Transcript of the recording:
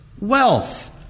wealth